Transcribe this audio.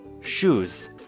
Shoes